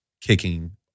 kicking